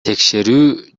текшерүү